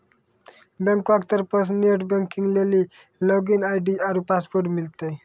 बैंको के तरफो से नेट बैंकिग लेली लागिन आई.डी आरु पासवर्ड मिलतै